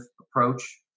approach